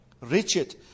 Richard